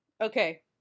Okay